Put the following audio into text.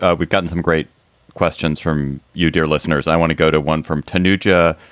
ah we've gotten some great questions from you, dear listeners. i want to go to one from tenuta,